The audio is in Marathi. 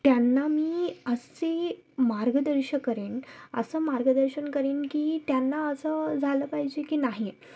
त्यांना मी असे मार्गदर्श करेन असं मार्गदर्शन करीन की त्यांना असं झालं पाहिजे की नाही